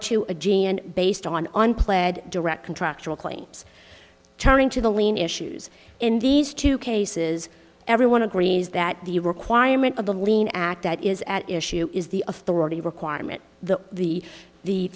to a g and based on an pled direct contractual claims turning to the lien issues in these two cases everyone agrees that the requirement of the lien act that is at issue is the authority requirement the the the